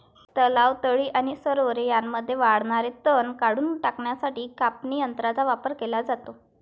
तलाव, तळी आणि सरोवरे यांमध्ये वाढणारे तण काढून टाकण्यासाठी कापणी यंत्रांचा वापर केला जातो